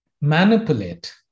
manipulate